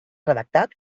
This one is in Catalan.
redactat